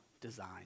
design